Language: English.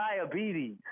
diabetes